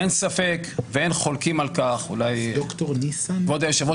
אין ספק ואין חולקים על כך אולי כבוד היושב-ראש